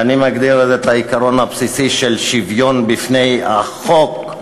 ואני מגדיר את זה: העיקרון הבסיסי של שוויון בפני החוק,